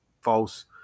false